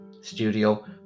studio